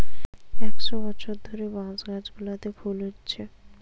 একশ বছর ধরে বাঁশ গাছগুলোতে ফুল হচ্ছে